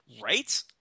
right